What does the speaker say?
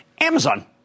Amazon